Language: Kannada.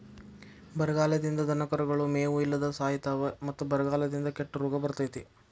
ಬರಗಾಲದಿಂದ ದನಕರುಗಳು ಮೇವು ಇಲ್ಲದ ಸಾಯಿತಾವ ಮತ್ತ ಬರಗಾಲದಿಂದ ಕೆಟ್ಟ ರೋಗ ಬರ್ತೈತಿ